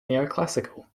neoclassical